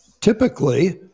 typically